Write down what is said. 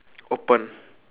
open